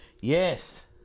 yes